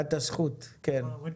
שלום לכולם, צוהריים טובים.